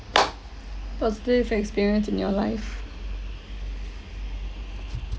positive experience in your life